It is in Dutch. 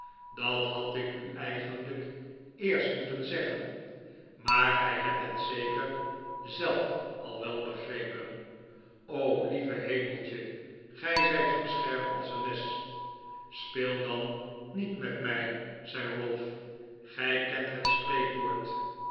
dat had ik u eigenlijk eerst moeten zeggenj maar gij hebt het zeker zelf al wel begrepen o lieve hemeltje gij zijt zoo scherp als een mes speel dan niet met mij zei ralph gij kent het spreekwoord